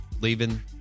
leaving